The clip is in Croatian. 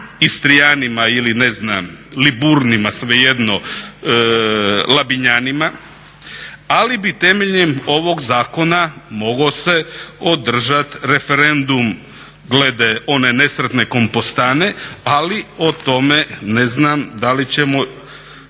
Istrijanima ili Liburnima, svejedno, Labinjanima, ali bi temeljem ovog zakona mogao se održat referendum glede one nesretne Kompostane, ali o tome ne znam da li ćemo